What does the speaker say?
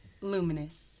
Luminous